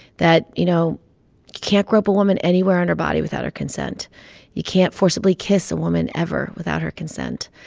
that, you know, you can't grope a woman anywhere on her body without her consent you can't forcibly kiss a woman ever without her consent.